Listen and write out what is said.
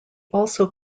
also